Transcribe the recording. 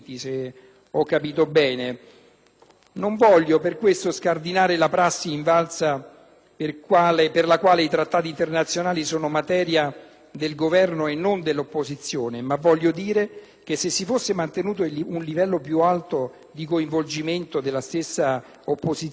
Non voglio con questo scardinare la prassi invalsa per la quale i Trattati internazionali sono materia del Governo e non dell'opposizione, ma voglio dire che se si fosse mantenuto un livello più alto di coinvolgimento della stessa opposizione